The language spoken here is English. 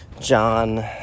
John